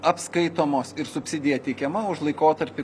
apskaitomos ir subsidija teikiama už laikotarpį